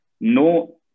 no